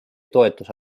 toetuse